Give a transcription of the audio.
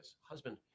husband